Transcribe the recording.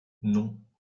non